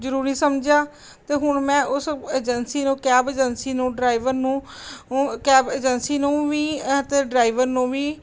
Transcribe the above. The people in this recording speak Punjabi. ਜ਼ਰੂਰੀ ਸਮਝਿਆ ਅਤੇ ਹੁਣ ਮੈਂ ਉਸ ਏਜੰਸੀ ਨੂੰ ਕੈਬ ਏਜੰਸੀ ਨੂੰ ਡਰਾਈਵਰ ਨੂੰ ਕੈਬ ਏਜੰਸੀ ਨੂੰ ਵੀ ਅਤੇ ਡਰਾਈਵਰ ਨੂੰ ਵੀ